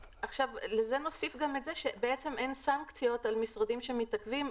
לזה נוסיף גם את זה שבעצם אין סנקציות על משרדים שמתעכבים.